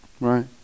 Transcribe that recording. Right